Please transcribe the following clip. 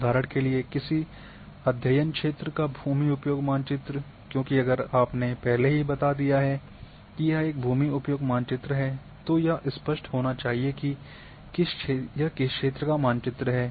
उदाहरण के लिए किसी अध्ययन क्षेत्र का भूमि उपयोग मानचित्र क्योंकि अगर आपने पहले ही बता दिया है कि यह एक भूमि उपयोग मानचित्र है तो यह स्पष्ट होना चाहिए कि यह किस क्षेत्र का मानचित्र है